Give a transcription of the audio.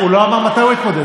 הוא לא אמר מתי הוא יתמודד.